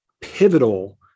pivotal